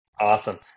Awesome